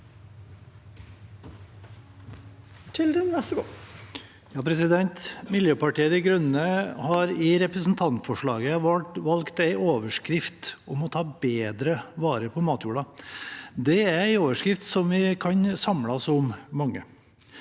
Miljøpartiet De Grønne har i representantforslaget valgt en overskrift om å ta bedre vare på matjorden. Det er en overskrift som mange av oss kan